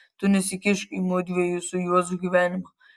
tu nesikišk į mudviejų su juozu gyvenimą